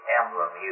emblem